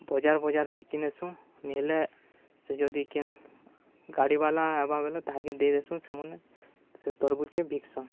ବଜାର ବଜାର ବିକି ନେସୁଁ ନେଲେ ସେ ଯଦି କେନ୍ ଗାଡ଼ି ବାଲା ହେବା ବେଲେ ତାହାକେ ଦେଇଦେସୁଁ ସେମାନେ ସେ ତରଭୁଜ୍କେ ବିକ୍ସନ୍